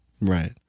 Right